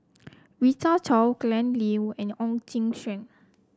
Rita Chao Glen Goei and Ong Kim Seng